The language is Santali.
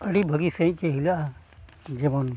ᱟᱹᱰᱤ ᱵᱷᱟᱹᱜᱤ ᱥᱟᱺᱦᱤᱡ ᱜᱮ ᱦᱤᱞᱟᱹᱜᱼᱟ ᱡᱮᱢᱚᱱ